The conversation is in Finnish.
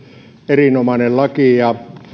erinomainen laki ja